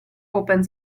open